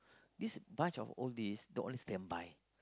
this bunch of oldies don't want standby